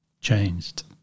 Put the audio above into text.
changed